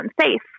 unsafe